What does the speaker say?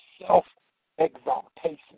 self-exaltation